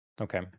Okay